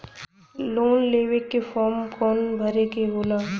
Loan लेवे के form कौन भरे के होला?